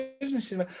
businesses